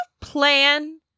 plan